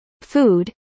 food